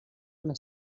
una